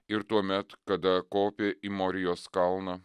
ir tuomet kada kopė į morijos kalną